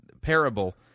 parable